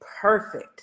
perfect